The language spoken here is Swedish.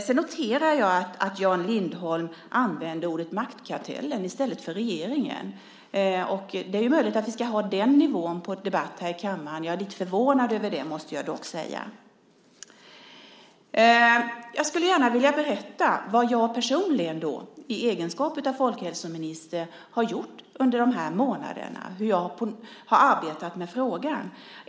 Sedan noterade jag att Jan Lindholm använde ordet maktkartellen i stället för regeringen. Det är möjligt att vi ska ha den nivån på debatten här i kammaren. Jag är lite förvånad över det, måste jag dock säga. Jag skulle gärna vilja berätta vad jag personligen, i egenskap av folkhälsominister, har gjort under de här månaderna, hur jag har arbetat med frågan.